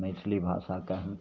मैथिली भाषाकेँ